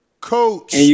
Coach